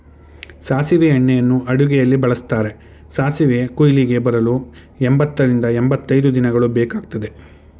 ಸಾಸಿವೆ ಎಣ್ಣೆಯನ್ನು ಅಡುಗೆಯಲ್ಲಿ ಬಳ್ಸತ್ತರೆ, ಸಾಸಿವೆ ಕುಯ್ಲಿಗೆ ಬರಲು ಎಂಬತ್ತರಿಂದ ಎಂಬತೈದು ದಿನಗಳು ಬೇಕಗ್ತದೆ